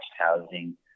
housing